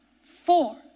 four